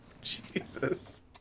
Jesus